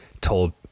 told